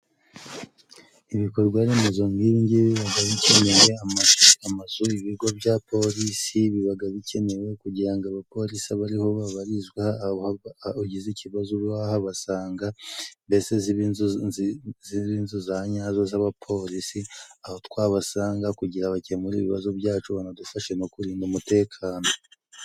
Ibikorwa remezo nk'ibingibi bibaga bikeneye amashuri, ibigo bya polisi bibaga bikenewe kugira ngo abapolisi abe ari ho babarizwa, ugize ikibazo abe yahabasanga ndetse zibe inzu za nyazo z'abapolisi, aho twabasanga kugira bakemure ibibazo byacu banadufashe no kurinda umutekano